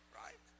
right